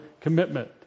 commitment